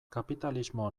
kapitalismo